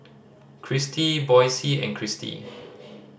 Christi Boysie and Kristi